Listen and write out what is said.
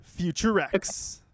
Futurex